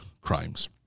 crimes